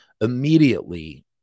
immediately